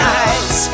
eyes